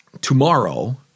tomorrow